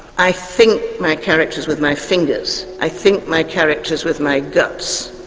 i think my characters with my fingers, i think my characters with my guts.